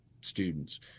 students